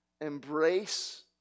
embrace